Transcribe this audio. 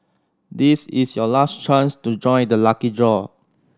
this is your last chance to join the lucky draw